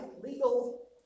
legal